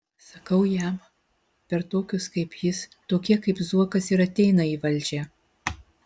sakau jam per tokius kaip jis tokie kaip zuokas ir ateina į valdžią